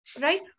right